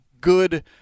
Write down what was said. good